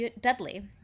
Dudley